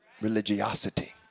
religiosity